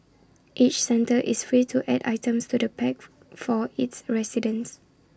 each centre is free to add items to the packs for its residents